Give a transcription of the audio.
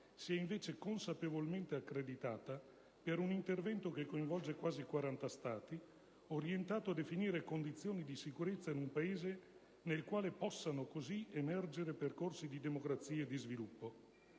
si è invece consapevolmente accreditata per un intervento che coinvolge quasi 40 Stati, orientato a definire condizioni di sicurezza in un Paese nel quale possano così emergere percorsi di democrazia e di sviluppo.